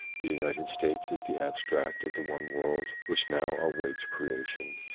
the united states is the abstract of the one world which now awaits creation.